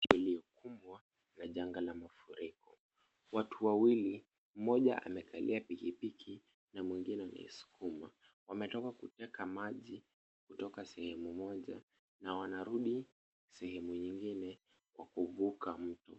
Sehemu iliyokumbwa na janga la mafuriko. Watu wawili, mmoja amekalia pikipiki na mwingine akiiskuma. Wametoka kuteka maji kutoka sehemu moja na wanarudi sehemu nyingine kwa kuvuka mto.